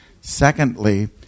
Secondly